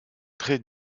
très